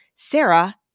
Sarah